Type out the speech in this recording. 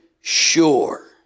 sure